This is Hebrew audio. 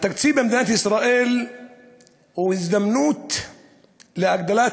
התקציב במדינת ישראל הוא הזדמנות להגדלת